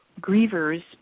grievers